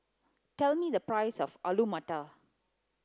tell me the price of Alu Matar